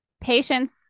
patience